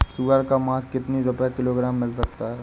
सुअर का मांस कितनी रुपय किलोग्राम मिल सकता है?